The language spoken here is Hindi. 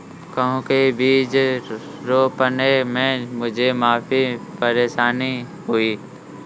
कद्दू के बीज रोपने में मुझे काफी परेशानी हुई